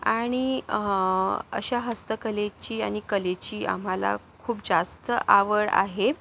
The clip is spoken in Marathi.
आणि अशा हस्तकलेची आणि कलेची आम्हाला खूप जास्त आवड आहे